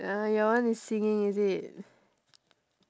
uh your one is singing is it